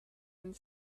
and